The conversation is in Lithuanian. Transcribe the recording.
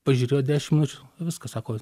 pažiūrėjo dešim minučių viskas sako